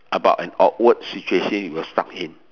about an awkward situation you were stuck in